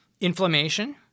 Inflammation